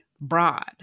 broad